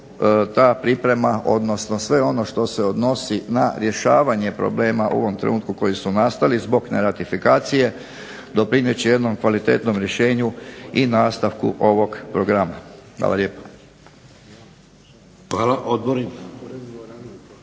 ta priprema, odnosno sve ono što se odnosi na rješavanje problema u ovom trenutku koji su nastali zbog neratifikacije doprinijet će jednom kvalitetnom rješenju i nastavku ovog programa. Hvala lijepo. **Šeks, Vladimir